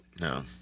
no